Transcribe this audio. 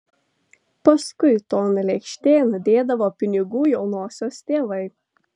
paskui ton lėkštėn dėdavo pinigų jaunosios tėvai